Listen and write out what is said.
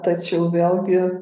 tačiau vėlgi